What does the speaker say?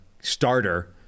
starter